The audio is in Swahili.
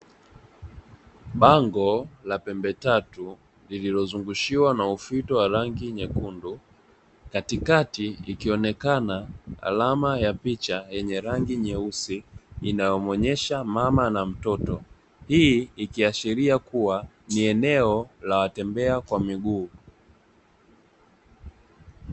Bango la pembe tatu lililozungushiwa na ufito wa rangi nyekundu, katikati ikionekana alama ya picha yenye rangi Nyeusi inayo muonyesha mama na mtoto, hii nikiashiria kuwa ni eneo la watembea kwa miguu.